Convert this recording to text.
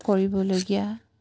কৰিবলগীয়া